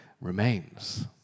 remains